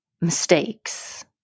mistakes